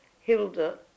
Hilda